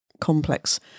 complex